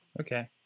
okay